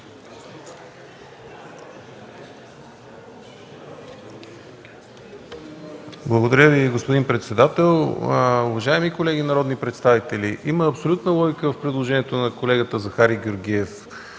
Благодаря Ви, господин председател. Уважаеми колеги народни представители, има абсолютна логика в предложението на колегата Захари Георгиев.